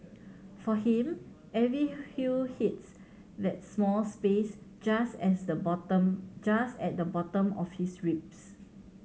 for him every hue hits that small space just as the bottom just at the bottom of his ribs